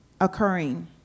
occurring